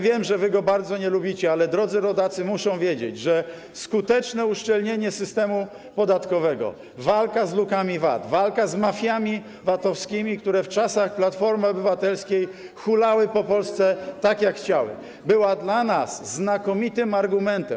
Wiem, że wy go bardzo nie lubicie, ale drodzy rodacy muszą wiedzieć, że skuteczne uszczelnienie systemu podatkowego, walka z lukami VAT, walka z mafiami VAT-owskimi, które w czasach Platformy Obywatelskiej hulały po Polsce, jak chciały, była dla nas znakomitym argumentem.